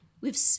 We've-